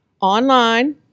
Online